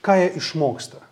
ką jie išmoksta